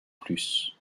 plus